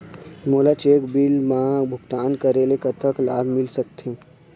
मोला cheque bill मा भुगतान करेले कतक लाभ मिल सकथे?